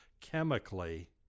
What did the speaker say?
chemically